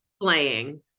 playing